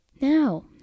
now